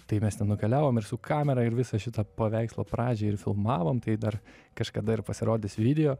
tai mes ten nukeliavom ir su kamera ir visą šitą paveikslo pradžią ir filmavom tai dar kažkada ir pasirodys video